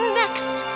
next